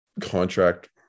contract